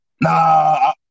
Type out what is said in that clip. Nah